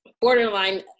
borderline